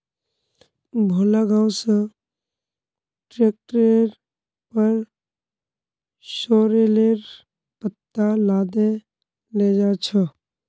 भोला गांव स ट्रैक्टरेर पर सॉरेलेर पत्ता लादे लेजा छ